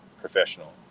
professional